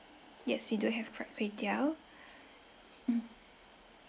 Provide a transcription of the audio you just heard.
yes we do have fried kway teow mm